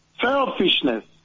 selfishness